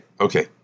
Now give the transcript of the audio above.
okay